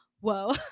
whoa